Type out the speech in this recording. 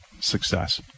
success